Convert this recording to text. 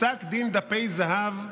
פסק דין דפי זהב,